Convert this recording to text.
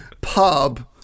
pub